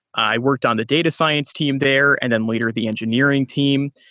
i worked on the data science team there and then later the engineering team,